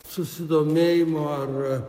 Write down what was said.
susidomėjimo ar